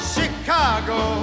Chicago